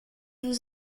vous